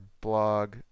blog